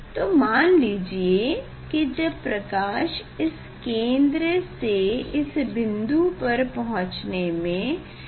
तो माना कि प्रकाश इस केंद्र से इस बिन्दु पर पहुचने में b दूरी तय करेगी